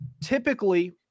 typically